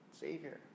savior